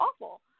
awful